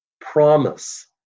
promise